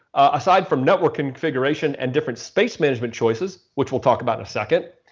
aside from network configuration and different space management choices, which we'll talk about in a second,